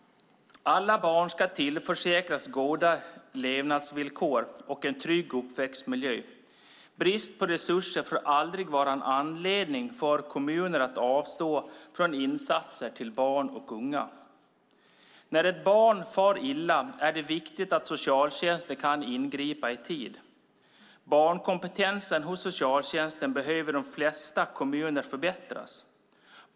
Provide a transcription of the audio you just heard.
Alla barn ska tillförsäkras goda levnadsvillkor och en trygg uppväxtmiljö. Brist på resurser får aldrig vara en anledning för kommuner att avstå från insatser till barn och unga. När ett barn far illa är det viktigt att socialtjänsten kan ingripa i tid. Barnkompetensen hos socialtjänsten behöver förbättras i de flesta kommuner.